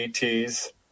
ETs